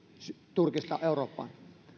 turkista eurooppaan